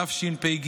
התשפ"ג